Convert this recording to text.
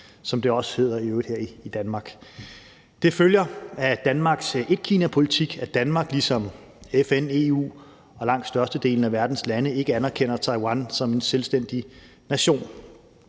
øvrigt også hedder her i Danmark. Det følger af Danmarks etkinapolitik, at Danmark ligesom FN, EU og langt størstedelen af verdens lande ikke anerkender Taiwan som en selvstændig nation.